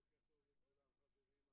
בוקר טוב לכולם, חברים.